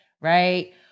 right